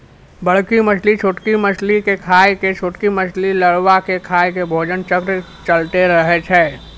बड़की मछली छोटकी मछली के खाय के, छोटकी मछली लारवा के खाय के भोजन चक्र चलैतें रहै छै